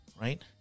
right